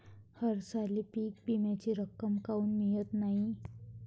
हरसाली पीक विम्याची रक्कम काऊन मियत नाई?